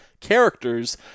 characters